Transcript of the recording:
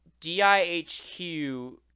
DIHQ